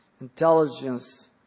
Intelligence